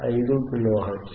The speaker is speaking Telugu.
5 కిలో హెర్ట్జ్